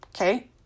Okay